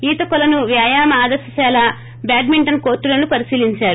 ఈత కోలను వ్యాయామ ఆదర్శ శాల బ్యాడ్మింటన్ కోర్టులను పరిశీలించారు